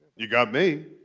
you've got me.